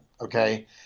okay